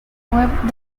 web